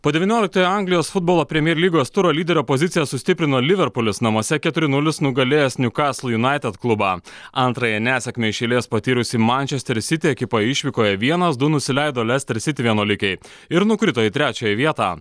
po devynioliktojo anglijos futbolo premjier lygos turo lyderio pozicijas sustiprino liverpulis namuose keturi nulis nugalėjęs niukastli junaited klubą antrąją nesėkmę iš eilės patyrusi mančester siti ekipa išvykoje vienas du nusileido lester siti vienuolikei ir nukrito į trečiąją vietą